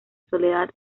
soledad